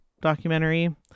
documentary